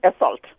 assault